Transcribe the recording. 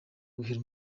guhera